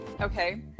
okay